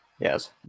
Yes